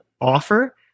offer